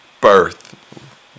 birth